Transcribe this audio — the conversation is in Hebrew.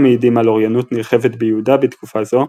מעידים על אוריינות נרחבת ביהודה בתקופה זו,